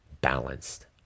balanced